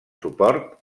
suport